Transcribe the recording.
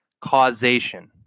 causation